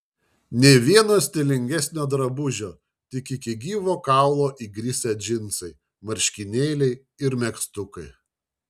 nė vieno stilingesnio drabužio tik iki gyvo kaulo įgrisę džinsai marškinėliai ir megztukai